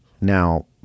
Now